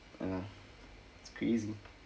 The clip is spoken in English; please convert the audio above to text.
mmhmm it's crazy